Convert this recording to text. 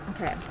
okay